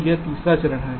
तो यह तीसरा चरण है